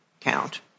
count